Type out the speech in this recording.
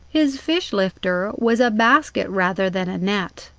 his fish-lifter was a basket rather than a net.